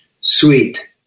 sweet